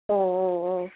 ഓ ഓ ഓ